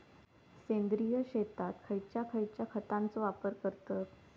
सेंद्रिय शेतात खयच्या खयच्या खतांचो वापर करतत?